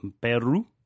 Peru